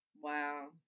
Wow